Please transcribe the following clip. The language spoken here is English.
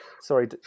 sorry